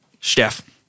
Steph